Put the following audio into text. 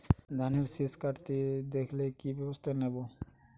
ধানের শিষ কাটতে দেখালে কি ব্যবস্থা নেব?